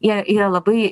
jie yra labai